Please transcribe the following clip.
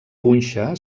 punxa